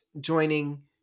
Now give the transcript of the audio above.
joining